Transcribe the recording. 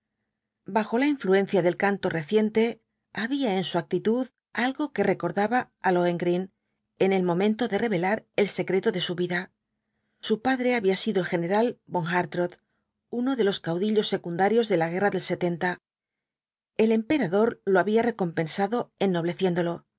bajo la influencia del canto reciente había en su actitud algo que recordaba á lohengrin en el momento de revelar el secreto de su vida su padre había sido el general von hartrott uno de los caudillos secundarios de la guerra del el emperador lo había recompensado ennobleciéndolo